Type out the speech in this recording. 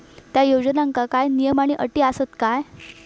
त्या योजनांका काय नियम आणि अटी आसत काय?